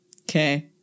Okay